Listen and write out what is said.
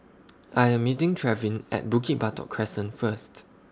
I Am meeting Trevin At Bukit Batok Crescent First